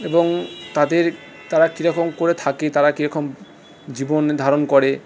এবং তাদের তারা কীরকম করে থাকে তারা কীরকম জীবন নির্ধারণ করে